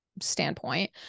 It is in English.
standpoint